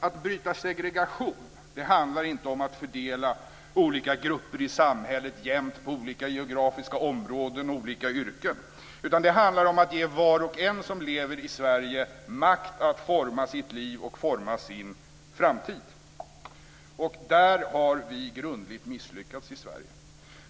Att bryta segregation handlar inte om att fördela olika grupper i samhället jämnt på olika geografiska områden och på olika yrken, utan det handlar om att ge var och en som lever i Sverige makt att forma sitt liv och sin framtid. Där har vi grundligt misslyckats i Sverige.